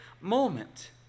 moment